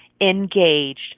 engaged